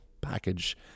package